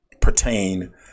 pertain